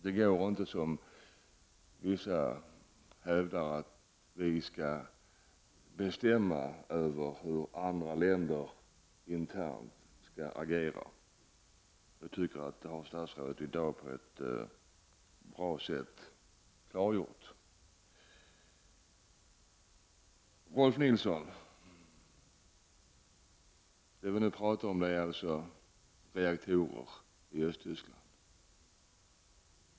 Detta svar har på ett bra sätt klargjort att vi inte, som vissa hävdar, kan bestämma över hur andra länder internt skall agera. Rolf L Nilson! Det som vi nu talar om är reaktorer i Östtyskland.